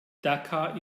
dakar